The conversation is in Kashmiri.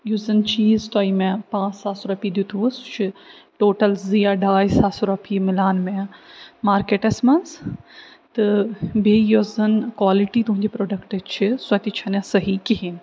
یُس زن چیٖز تۄہہِ مےٚ پانٛژھ ساس رۄپیہِ دیُتوٕ سُہ چھِ ٹوٹل زٕ یا ڈاے ساس رۄپیہِ مِلان مےٚ مارکٮ۪ٹس منٛز تہٕ بیٚیہِ یۄس زن کالٹی تُہٕنٛدِ پرٛوڈکٹٕچ چھِ سۄ تہِ چھَنہٕ صحیح کِہیٖنۍ